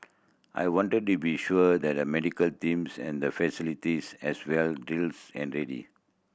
I wanted to be sure that the medical teams and the facilities as well drills and ready